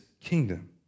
kingdom